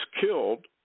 killed